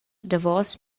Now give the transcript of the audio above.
davos